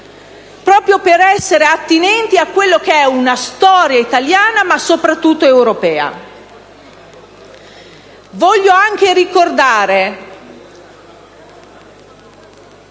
proprio per essere attinenti alla storia italiana, ma soprattutto europea. Voglio anche ricordare,